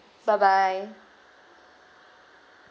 bye bye